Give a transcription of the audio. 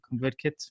ConvertKit